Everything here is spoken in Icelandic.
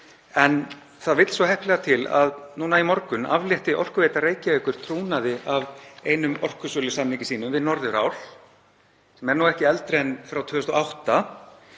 En það vill svo heppilega til að núna í morgun aflétti Orkuveita Reykjavíkur trúnaði af einum orkusölusamningi sínum við Norðurál sem er ekki eldri en frá 2008.